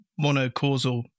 monocausal